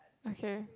okay